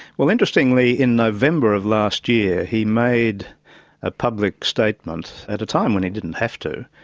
well interestingly, in november of last year, he made a public statement, at a time when he didn't have to,